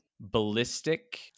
ballistic